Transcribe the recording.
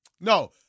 No